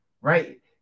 Right